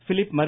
Philip மர்